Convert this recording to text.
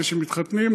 אלה שמתחתנים,